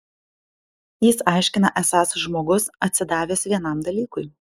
jis aiškina esąs žmogus atsidavęs vienam dalykui